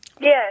Yes